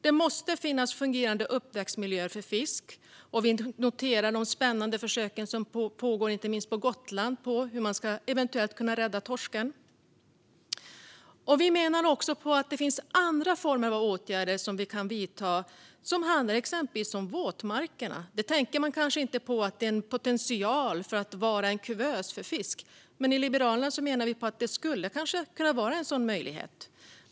Det måste finnas fungerande uppväxtmiljöer för fisk. Och vi noterar de spännande försöken som pågår inte minst på Gotland med hur man eventuellt ska kunna rädda torsken. Det finns också andra former av åtgärder som vi kan vidta som handlar exempelvis om våtmarkerna. Man tänker kanske inte på att de kan vara en potential för att vara en kuvös för fisk. Men Liberalerna menar att de kanske skulle kunna vara en sådan möjlighet.